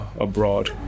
abroad